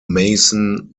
mason